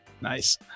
Nice